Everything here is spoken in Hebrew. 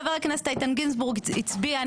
חבר הכנסת איתן גינזבורג הצביע,